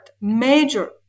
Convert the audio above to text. major